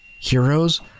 heroes